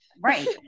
Right